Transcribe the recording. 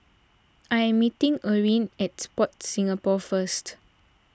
I am meeting Eryn at Sport Singapore first